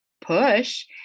push